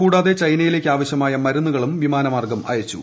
കൂടാതെ ചൈനയിലേക്ക് ആവശ്യമായ മരുന്നുകളും വിമാനമാർഗ്ഗും അയച്ചു